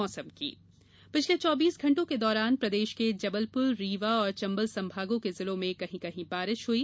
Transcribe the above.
मौसम पिछले चौबीस घण्टों के दौरान प्रदेश के जबलपुर रीवा और चंबल संभागों के जिलों में कहीं कहीं बारिश हई